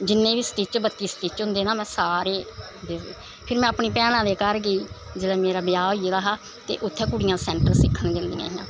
जिन्नें बी स्टिच परती स्टिच होंदे में सारे पिर में अपनी भैंनां दे घर गेई जिसलै मेरा ब्याह् होई दा हा ते उत्थें कुड़ियां सैंटर सिक्खन जंदियां हां